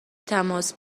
تماس